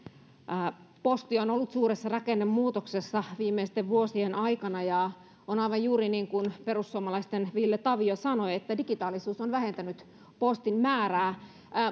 posti on ollut suuressa rakennemuutoksessa viimeisten vuosien aikana ja on aivan juuri niin kuin perussuomalaisten ville tavio sanoi että digitaalisuus on vähentänyt postin määrää